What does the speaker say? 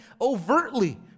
overtly